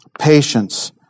Patience